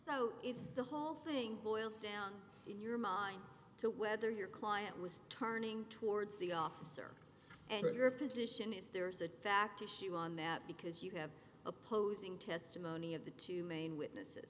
so it's the whole thing boils down in your mind to whether your client was turning towards the officer and that your position is there's a fact issue on that because you have opposing testimony of the two main witnesses